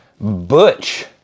butch